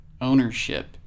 ownership